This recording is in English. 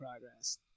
progress